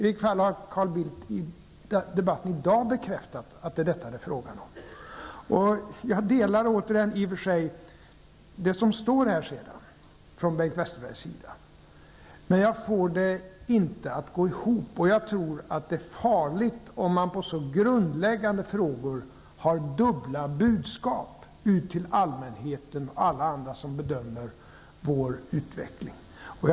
Carl Bildt har i alla fall i debatten i dag bekräftat att det är detta det är fråga om. Jag delar alltså i och för sig Bengt Westerbergs uppfattningar här, men jag får det inte att gå ihop. Jag tror att det är farligt om man i så grundläggande frågor ger dubbla budskap till allmänheten och alla andra som bedömer utvecklingen.